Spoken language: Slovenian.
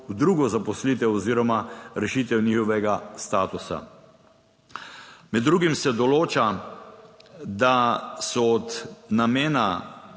v drugo zaposlitev oziroma rešitev njihovega statusa. Med drugim se določa, da so od namena